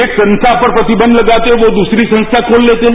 एक संस्था पर प्रतिक्ष लगाते हैं वो दूसरी संस्था खोल लेते हैं